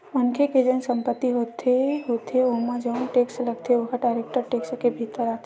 मनखे के जउन संपत्ति होथे होथे ओमा जउन टेक्स लगथे ओहा डायरेक्ट टेक्स के भीतर आथे